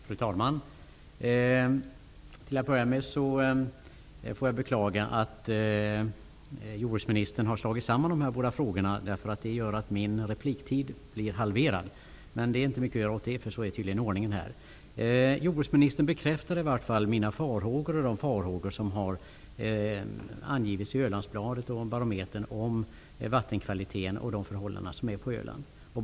Fru talman! Till att börja med får jag beklaga att jordbruksministern har slagit samman dessa båda frågor. Det gör att min taletid blir halverad. Det är inte så mycket att göra åt det. Sådan är tydligen ordningen. Jordbruksministern bekräftar mina farhågor och de farhågor som har angivits i Ölandsbladet och Barometern om vattenkvaliteten och förhållandena på Öland.